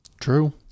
True